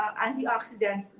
antioxidants